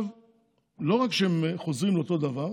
עכשיו היא שלא רק שהם חוזרים לאותו דבר,